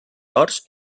horts